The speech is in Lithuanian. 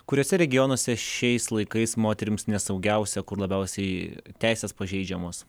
kuriuose regionuose šiais laikais moterims nesaugiausia kur labiausiai teisės pažeidžiamos